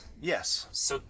Yes